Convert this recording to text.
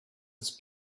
his